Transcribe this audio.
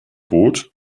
boot